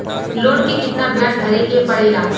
Loan के कितना ब्याज भरे के पड़े ला?